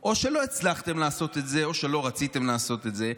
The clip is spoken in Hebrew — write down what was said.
או שלא הצלחתם לעשות את זה,